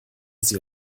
sie